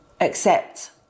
accept